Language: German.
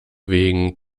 wegen